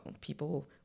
people